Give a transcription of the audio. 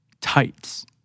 tights